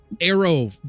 arrow